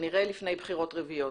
כנראה לפני בחירות רביעיות,